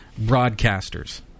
Broadcasters